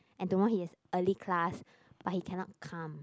and tomorrow he has early class but he cannot come